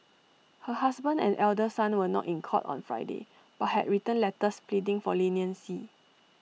her husband and elder son were not in court on Friday but had written letters pleading for leniency